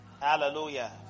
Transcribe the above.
Hallelujah